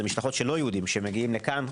משלחות של לא יהודים שמגיעים לכאן,